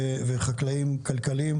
וחקלאיים-כלכליים.